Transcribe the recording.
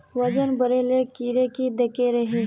वजन बढे ले कीड़े की देके रहे?